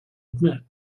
admit